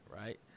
Right